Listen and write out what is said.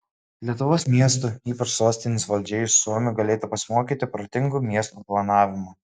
lietuvos miestų ypač sostinės valdžia iš suomių galėtų pasimokyti protingo miestų planavimo